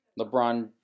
LeBron